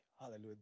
Hallelujah